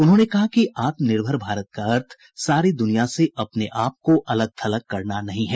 उन्होंने कहा कि आत्मनिर्भर भारत का अर्थ सारी द्रनिया से अपने आप को अलग थलग करना नहीं है